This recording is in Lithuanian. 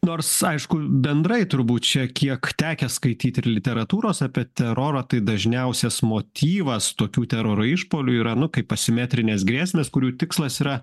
nors aišku bendrai turbūt čia kiek tekę skaityti ir literatūros apie teroro tai dažniausias motyvas tokių teroro išpuolių yra nu kaip asimetrines grėsmes kurių tikslas yra